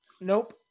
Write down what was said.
nope